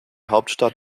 hauptstadt